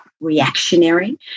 reactionary